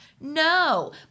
No